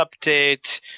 update